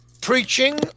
preaching